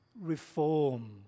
reform